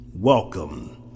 Welcome